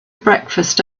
breakfast